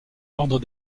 l’ordre